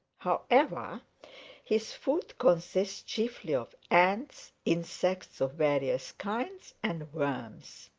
however, his food consists chiefly of ants, insects of various kinds, and worms.